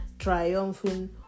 Triumphing